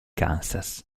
kansas